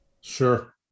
Sure